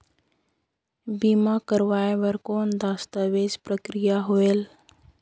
बीमा करवाय बार कौन दस्तावेज प्रक्रिया होएल?